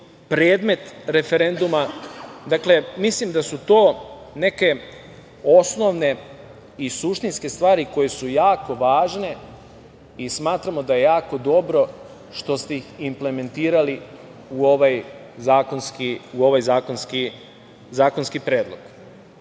predmet referenduma. Dakle, mislim da su to neke osnovne i suštinske stvari koje su jako važne i smatramo da je jako dobro što ste ih implementirali u ovaj zakonski predlog. Sada,